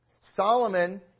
Solomon